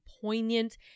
poignant